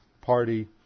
party